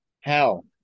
hell